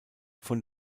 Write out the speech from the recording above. von